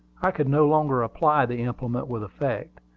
i could no longer apply the implement with effect,